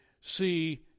see